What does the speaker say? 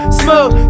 smooth